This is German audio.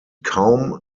kaum